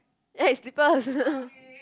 ya it's slippers